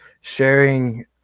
sharing